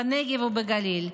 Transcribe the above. בנגב ובגליל.